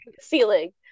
ceiling